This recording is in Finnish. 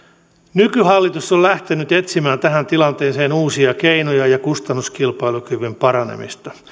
nykyhallitus on lähtenyt etsimään tähän tilanteeseen uusia keinoja ja kustannuskilpailukyvyn paranemista